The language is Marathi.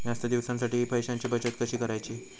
जास्त दिवसांसाठी पैशांची बचत कशी करायची?